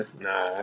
nah